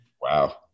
Wow